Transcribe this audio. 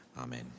Amen